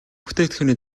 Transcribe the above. бүтээгдэхүүний